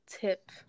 tip